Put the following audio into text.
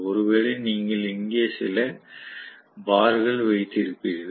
ஒருவேளை நீங்கள் இங்கே ஒரு சில பார்கள் வைத்திருப்பீர்கள்